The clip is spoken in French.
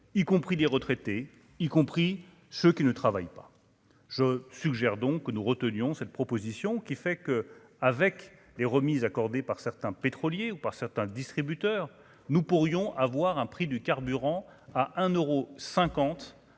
y compris les retraités, y compris ceux qui ne travaillent pas, je suggère donc nous retenons cette proposition qui fait que, avec les remises accordées par certains pétroliers ou par certains distributeurs, nous pourrions avoir un prix du carburant à 1